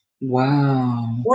Wow